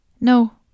No